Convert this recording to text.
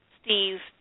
Steve